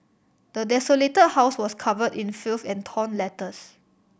the desolated house was covered in filth and torn letters